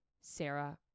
Sarah